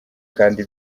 kandi